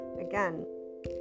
again